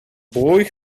boy